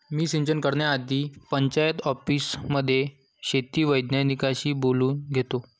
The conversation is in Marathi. मी सिंचन करण्याआधी पंचायत ऑफिसमध्ये शेती वैज्ञानिकांशी बोलून घेतो